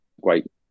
great